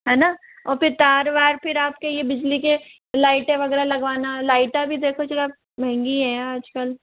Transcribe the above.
है ना और फिर तार वार फिर आप के ये बिजली के लाइटें वग़ैरह लगवाना लाइटें भी देखो ज़रा महंगी हैं आज कल